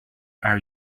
are